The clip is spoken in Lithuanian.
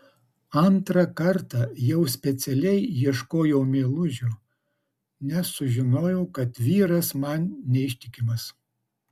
antrą kartą jau specialiai ieškojau meilužio nes sužinojau kad vyras man neištikimas